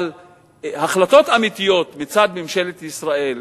אבל החלטות אמיתיות מצד ממשלת ישראל,